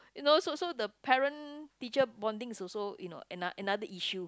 you know so so the parent teacher bonding is also you know ano~ another issue